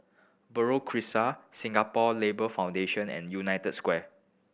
Buroh Crescent Singapore Labour Foundation and United Square